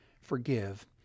forgive